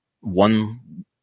one